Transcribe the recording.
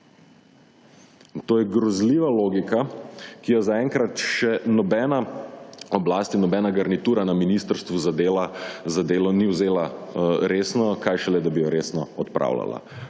to je grozljiva logika, ki jo za enkrat še nobena oblast in nobena garnitura na Ministrstvu za delo ni vzela resno, kaj šele, da bi jo resno odpravljala.